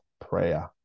prayer